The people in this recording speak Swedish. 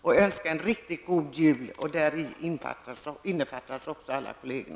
Jag önskar alla en riktigt God Jul. Det gäller då också alla kollegor.